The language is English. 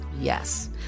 yes